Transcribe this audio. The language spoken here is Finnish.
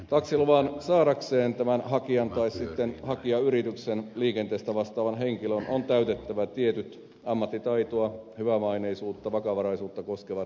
taksiluvan saadakseen tämän hakijan tai sitten hakijayrityksen liikenteestä vastaavan henkilön on täytettävä tietyt ammattitaitoa hyvämaineisuutta vakavaraisuutta koskevat edellytykset